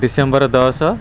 December ଦଶ